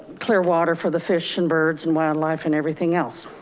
clearwater for the fish and birds and wildlife and everything else.